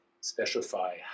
specify